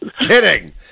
Kidding